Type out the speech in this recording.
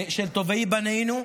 של טובי בנינו.